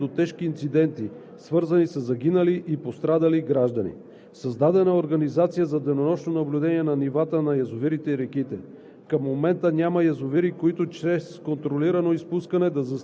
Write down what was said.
и съставните части на Единната спасителна система не се стигна до тежки инциденти, свързани със загинали и пострадали граждани. Създадена е организация за денонощно наблюдение на нивата на язовирите и реките.